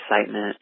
excitement